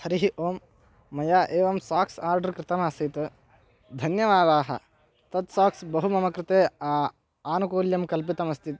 हरिः ओम् मया एवं साक्स् आर्डर् कृतम् आसीत् धन्यवादाः तत् साक्स् बहु मम कृते आनुकूल्यं कल्पितमस्ति